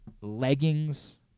leggings